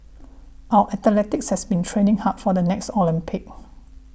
our athletes has been training hard for the next Olympics